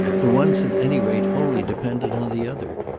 the one's at any rate wholly dependent on the other.